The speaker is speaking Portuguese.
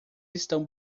estão